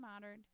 modern